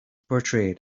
portrayed